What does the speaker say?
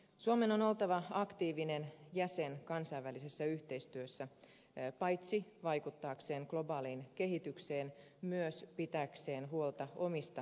suomen on oltava aktiivinen jäsen kansainvälisessä yhteistyössä paitsi vaikuttaakseen globaaliin kehitykseen myös pitääkseen huolta omista kansallisista eduistaan